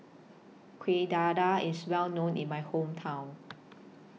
Kueh Dadar IS Well known in My Hometown